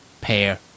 pair